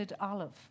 olive